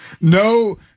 No